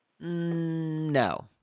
no